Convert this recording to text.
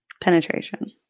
Penetration